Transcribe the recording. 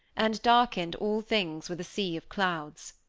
and darkened all things with a sea of clouds.